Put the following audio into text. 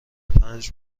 پنج